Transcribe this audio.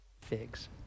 figs